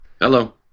hello